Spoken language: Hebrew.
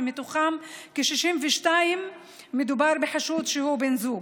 ומתוכם בכ-62% מדובר בחשוד שהוא בן זוג.